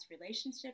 relationship